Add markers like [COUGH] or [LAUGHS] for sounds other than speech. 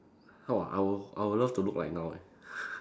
how ah I will I will love to look like now leh [LAUGHS]